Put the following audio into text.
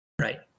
Right